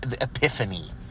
epiphany